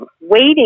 waiting